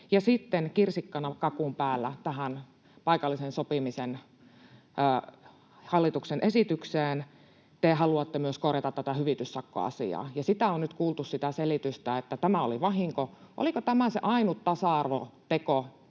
Sitten kirsikkana kakun päällä tähän paikallisen sopimisen hallituksen esitykseen te haluatte myös korjata tätä hyvityssakkoasiaa, ja nyt on kuultu sitä selitystä, että tämä oli vahinko. Oliko